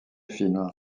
film